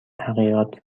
حقیقت